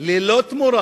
ללא תמורה,